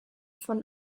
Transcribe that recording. von